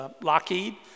Lockheed